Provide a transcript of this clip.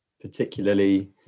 particularly